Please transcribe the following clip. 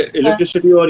electricity